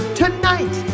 tonight